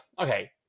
okay